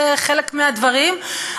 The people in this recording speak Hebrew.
בחלק מהדברים,